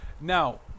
Now